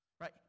right